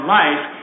life